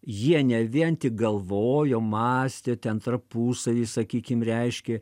jie ne vien tik galvojo mąstė ten tarpusavy sakykim reiškė